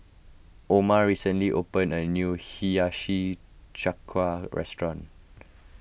Oma recently opened a new Hiyashi Chuka restaurant